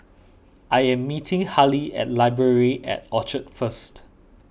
I am meeting Hali at Library at Orchard first